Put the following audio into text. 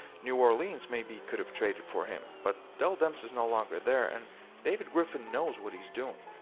new orleans maybe could've traded for him, but dell demps is no longer there and david griffin knows what he is doing.